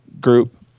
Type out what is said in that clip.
group